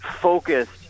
focused